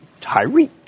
Tyreek